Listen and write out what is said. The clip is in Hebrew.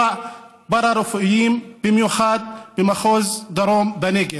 פארה-רפואיים במיוחד במחוז הדרום ובנגב.